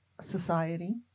society